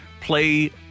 play